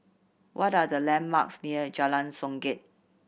what are the landmarks near Jalan Songket